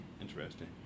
interesting